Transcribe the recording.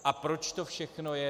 A proč to všechno je?